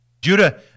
Judah